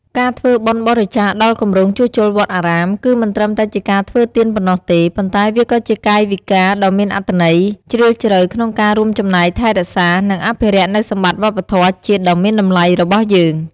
ការធ្វើបុណ្យបរិច្ចាគដល់គម្រោងជួសជុលវត្តអារាម គឺមិនត្រឹមតែជាការធ្វើទានប៉ុណ្ណោះទេ ប៉ុន្តែវាក៏ជាកាយវិការដ៏មានអត្ថន័យជ្រាលជ្រៅក្នុងការរួមចំណែកថែរក្សា និងអភិរក្សនូវសម្បត្តិវប្បធម៌ជាតិដ៏មានតម្លៃរបស់យើង។